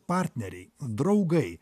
partneriai draugai